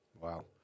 Wow